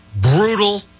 brutal